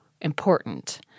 important